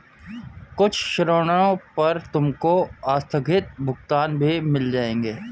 कुछ ऋणों पर तुमको आस्थगित भुगतान भी मिल जाएंगे